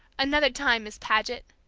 another time, miss paget,